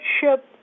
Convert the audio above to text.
ship